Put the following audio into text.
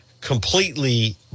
completely